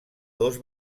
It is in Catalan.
dos